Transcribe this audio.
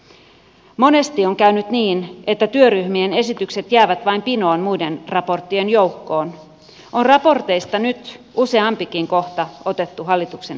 kun monesti on käynyt niin että työryhmien esitykset jäävät vain pinoon muiden raporttien joukkoon on raporteista nyt useampikin kohta otettu hallituksen kehyspäätökseen